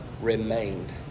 Remained